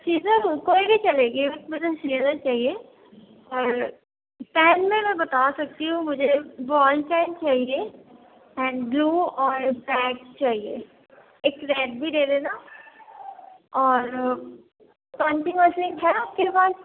scissor کوئی بھی چلے گی بس مجھے سیزر چاہیے اور پین میں میں بتا سکتی ہوں مجھے بال پین چاہیے اینڈ بلو اور بلیک چاہیے ایک ریڈ بھی دے دینا اور پنچنگ مشین ہے آپ کے پاس